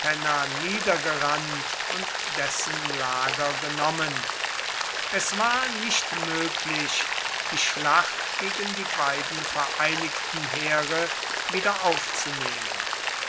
niedergerannt und dessen lager genommen es war nicht möglich die schlacht gegen die beiden vereinigten heere